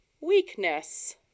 weakness